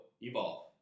evolve